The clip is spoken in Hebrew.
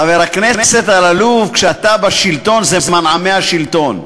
חבר הכנסת אלאלוף, כשאתה בשלטון זה מנעמי השלטון.